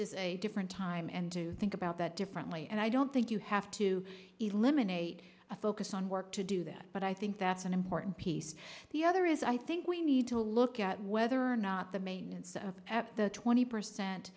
is a different time and to think about that differently and i don't think you have to eliminate a focus on work to do that but i think that's an important piece the other is i think we need to look at whether or not the maintenance of at the twenty percent